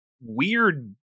weird